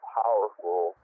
powerful